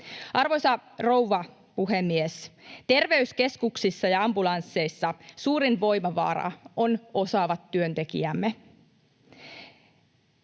Arvoisa rouva puhemies! Terveyskeskuksissa ja ambulansseissa suurin voimavara on osaavat työntekijämme.